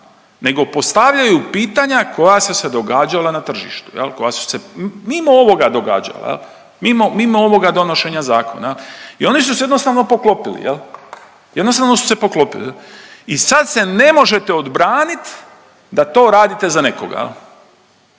nego postavljaju pitanja koja su se događala na tržištu koja su se mimo ovoga događala. Mimo, mimo ovoga donošenja zakona i oni su se jednostavno poklopili, jednostavno su se poklopili i sad se ne možete odbranit da to radite za nekoga.